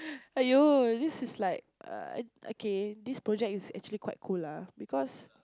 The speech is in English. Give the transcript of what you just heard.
aiyo this is like uh okay this project is actually quite cool ah because